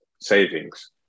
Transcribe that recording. savings